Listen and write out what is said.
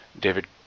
David